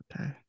okay